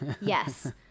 Yes